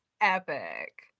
epic